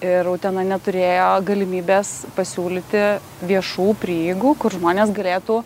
ir utena neturėjo galimybės pasiūlyti viešų prieigų kur žmonės galėtų